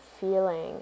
feeling